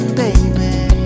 baby